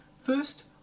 First